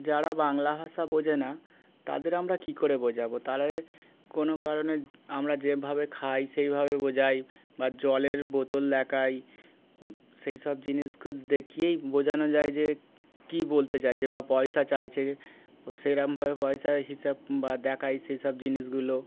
যারা বাংলা ভাষা বোঝে না তাদের আমরা কী করে বোঝাবো তারা কোনো কারণে আমরা যেভাবে খাই সেইভাবে বোঝাই বা জলের বোতল দেখাই সেই সব জিনিসকে দেখিয়েই বোঝানো যায় যে কী বলতে চাই যে বা পয়সা চাইছে সেরকমভাবে পয়সা হিসেবে বা দেখাযই সেই সব জিনিসগুলো